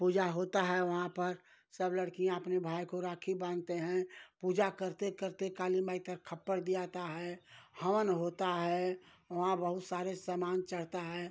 पूजा होता है वहाँ पर सब लड़कियाँ अपनी भाई को राखी बांधते हैं पूजा करते करते काली माई तर खप्पर दे आता है हवन होता है वहाँ बहुत सारे समान चढ़ता है